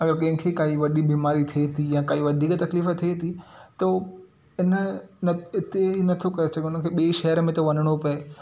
अगरि ॿियनि खे काई वॾी बीमारी थिए थी या काई वधीक तकलीफ़ थिए थी त उहे हिन नत हिते नथो करे सघनि हुननि खे ॿिए शहर में थो वञिणो पिए